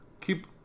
Keep